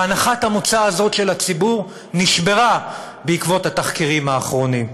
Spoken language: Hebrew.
הנחת המוצא הזאת של הציבור נשברה בעקבות התחקירים האחרונים.